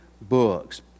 books